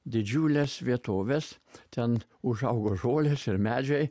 didžiules vietoves ten užaugo žolės ir medžiai